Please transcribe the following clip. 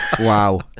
Wow